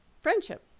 Friendship